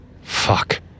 Fuck